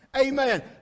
Amen